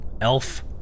elf